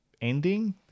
ending